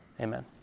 Amen